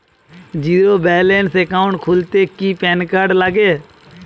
Zero balance account খুলতে কি PAN card লাগে?